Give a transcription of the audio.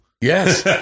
yes